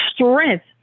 strength